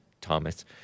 Thomas